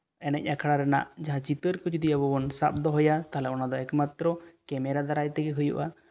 ᱮᱱᱮᱡ ᱟᱠᱷᱲᱟ ᱨᱮᱱᱟᱜ ᱡᱟᱦᱟᱸ ᱪᱤᱛᱟᱹᱨ ᱠᱚ ᱟᱵᱚ ᱵᱚᱱ ᱥᱟᱵ ᱫᱚᱦᱚᱭᱟ ᱛᱟᱦᱚᱞᱮ ᱚᱱᱟ ᱮᱠᱢᱟᱛᱨᱚ ᱠᱮᱢᱮᱨᱟ ᱫᱟᱨᱟᱭ ᱛᱮᱜᱮ ᱦᱩᱭᱩᱜᱼᱟ